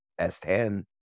S10